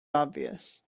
obvious